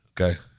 Okay